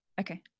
Okay